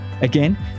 again